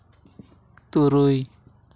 ᱛᱩᱨᱩᱭ